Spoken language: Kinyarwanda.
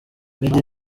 meddy